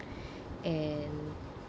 and